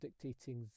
dictating